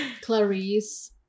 Clarice